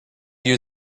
you